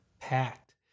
packed